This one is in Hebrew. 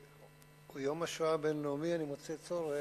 שהוא יום השואה הבין-לאומי, אני מוצא צורך,